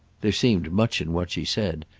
there seemed much in what she said,